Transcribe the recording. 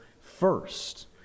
First